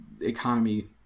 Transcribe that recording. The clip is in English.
economy